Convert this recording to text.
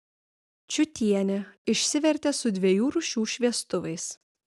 čiutienė išsivertė su dviejų rūšių šviestuvais